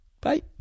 Bye